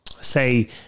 say